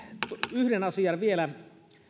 yhden asian vielä